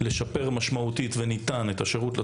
לשפר משמעותית את השירות לציבור,